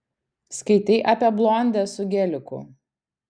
skaitei apie blondę su geliku